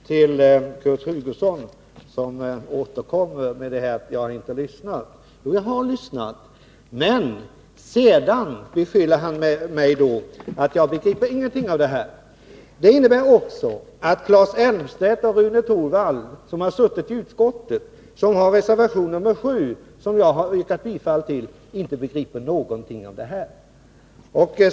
Herr talman! Kurt Hugosson återkommer med påståendet att jag inte har lyssnat — jag upprepar att jag har gjort det — och sedan beskyller han mig för att inte begripa någonting av det vi diskuterar. Det innebär att inte heller Claes Elmstedt och Rune Torwald, som har deltagit i utskottsbehandlingen och står bakom reservation nr 7, vilken jag har yrkat bifall till, begriper någonting.